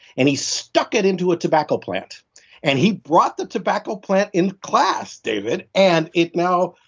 and he stuck it into a tobacco plant and he brought the tobacco plant in class, david. and it now,